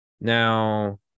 Now